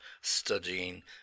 studying